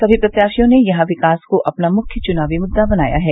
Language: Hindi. सभी प्रत्याशियों ने यहां विकास को अपना मुख्य चुनावी मुद्दा बनाया है